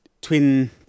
twin